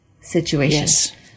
situation